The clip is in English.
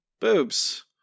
boobs